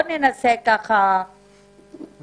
אתה